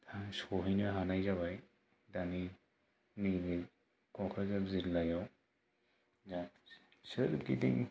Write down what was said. थाब सहैनो हानाय जाबाय दानि नैबे क'क्राझार जिल्लायाव दा सोरगिदिं